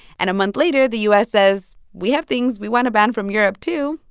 and a month later, the u s. says, we have things we want to ban from europe, too,